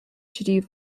phd